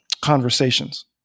conversations